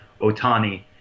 Otani